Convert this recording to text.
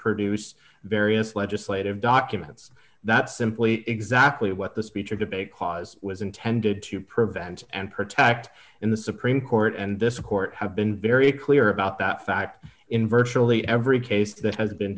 produce various legislative documents that simply exactly what the speech or debate clause was intended to prevent and protect in the supreme court and this court have been very clear about that fact in virtually every case that has been